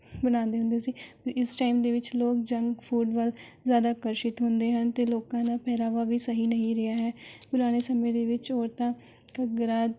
ਬਣਾਉਂਦੇ ਹੁੰਦੇ ਸੀ ਇਸ ਟਾਈਮ ਦੇ ਵਿੱਚ ਲੋਕ ਜੰਕ ਫੂਡ ਵੱਲ ਜ਼ਿਆਦਾ ਆਕਰਸ਼ਿਤ ਹੁੰਦੇ ਹਨ ਅਤੇ ਲੋਕਾਂ ਦਾ ਪਹਿਰਾਵਾ ਵੀ ਸਹੀ ਨਹੀਂ ਰਿਹਾ ਹੈ ਪੁਰਾਣੇ ਸਮੇਂ ਦੇ ਵਿੱਚ ਔਰਤਾਂ ਘੱਗਰਾ